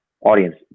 audience